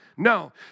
No